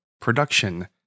production